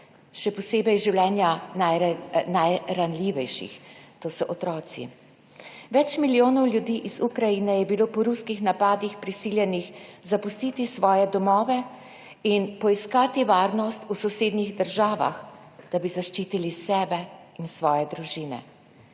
še posebej življenja najranljivejših, to so otroci. Več milijonov ljudi iz Ukrajine je bilo po ruskih napadih prisiljenih zapustiti svoje domove in poiskati varnost v sosednjih državah, da bi zaščitili sebe in svoje družine.